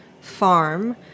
farm